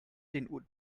den